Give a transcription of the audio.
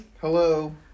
hello